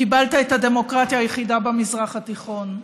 קיבלת את הדמוקרטיה היחידה במזרח התיכון.